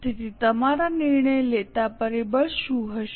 તેથી તમારા નિર્ણય લેતા પરિબળ શું હશે